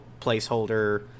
placeholder